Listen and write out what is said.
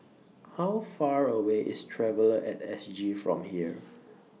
How Far away IS Traveller At S G from here